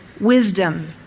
wisdom